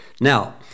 Now